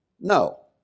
No